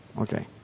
okay